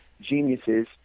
geniuses